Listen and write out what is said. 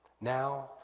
now